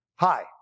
Hi